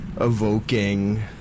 evoking